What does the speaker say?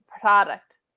product